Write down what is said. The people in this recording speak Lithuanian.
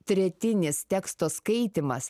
tretinis teksto skaitymas